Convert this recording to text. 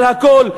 על הכול,